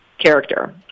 character